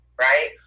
Right